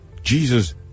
jesus